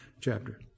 chapter